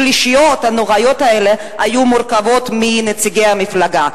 השלישיות הנוראיות האלה היו מורכבות מנציגי המפלגה.